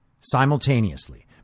simultaneously